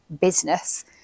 business